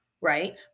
right